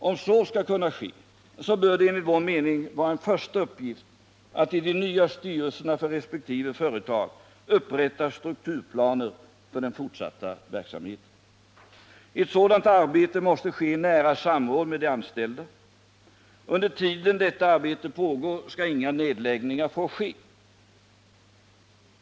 Om så skall kunna ske, bör det enligt vår mening vara en första uppgift för de nya styrelserna i resp. företag att upprätta strukturplaner för den fortsatta verksamheten. Ett sådant arbete måste ske i nära samråd med de anställda, och under tiden det arbetet pågår skall inga nedläggningar få ske.